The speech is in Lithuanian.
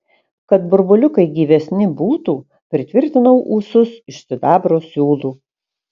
kad burbuliukai gyvesni būtų pritvirtinau ūsus iš sidabro siūlų